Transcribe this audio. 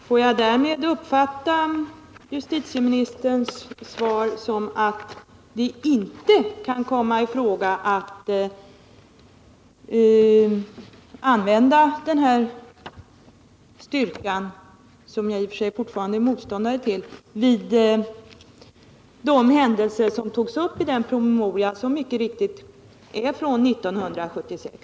Herr talman! Får jag därmed uppfatta justitieministerns svar som att det inte kan komma i fråga att använda den här styrkan, som jag i och för sig fortfarande är motståndare till, vid de händelser som togs upp i den promemoria som mycket riktigt är från 1976?